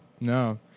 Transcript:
No